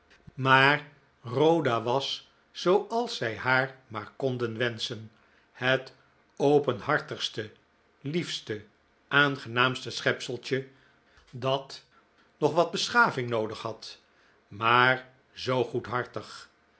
maar rhoda was zooals zij haar maar konden wenschen het openhartigste liefste aangenaamste schepseltje dat nog wat beschaving noodig had maar zoo